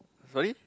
sorry